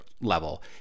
level